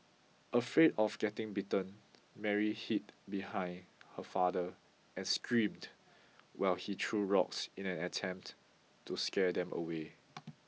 afraid of getting bitten Mary hid behind her father and screamed while he threw rocks in an attempt to scare them away